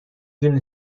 دونه